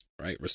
Right